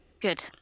Good